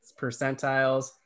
percentiles